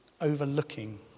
overlooking